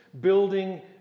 building